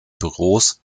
büros